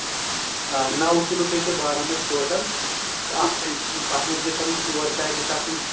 آ نَو کِلوٗ تھٲیِو تُہۍ بادام اَسہِ ٹوٹل اکھ تَتھ منٛز گٔژھۍ آسٕنۍ ژور پیک گٔژھِ آسٕنۍ